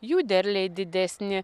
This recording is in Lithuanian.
jų derliai didesni